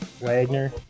Wagner